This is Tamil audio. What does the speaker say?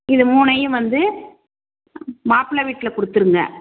இது மூணையும் வந்து மாப்பிள வீட்டில கொடுத்துருங்க